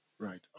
Right